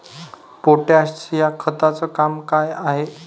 Potash या खताचं काम का हाय?